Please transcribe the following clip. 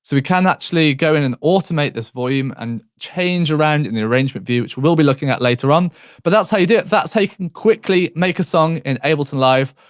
so we can actually go in and automate this volume and change around in the arrangement view which we will be looking at later on but that's how you do it, that's how you can quickly make a song in ableton live.